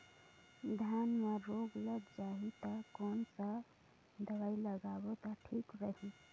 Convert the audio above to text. धान म रोग लग जाही ता कोन सा दवाई लगाबो ता ठीक रही?